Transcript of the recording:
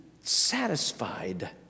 satisfied